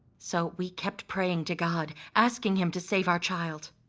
so we kept praying to god, asking him to save our child.